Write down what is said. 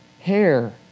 hair